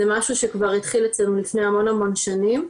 זה משהו שכבר התחיל אצלנו לפני המון המון שנים.